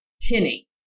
tinny